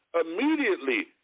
immediately